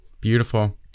Beautiful